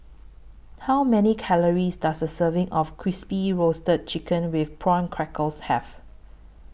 How Many Calories Does A Serving of Crispy Roasted Chicken with Prawn Crackers Have